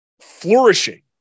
flourishing